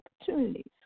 opportunities